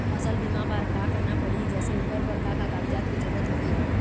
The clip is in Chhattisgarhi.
फसल बीमा बार का करना पड़ही जैसे ओकर बर का का कागजात के जरूरत हवे?